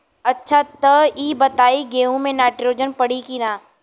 अच्छा त ई बताईं गेहूँ मे नाइट्रोजन पड़ी कि ना?